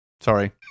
sorry